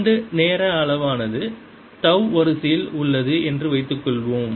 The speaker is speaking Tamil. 2 நேர அளவானது தவ் வரிசையில் உள்ளது என்று வைத்துக் கொள்வோம்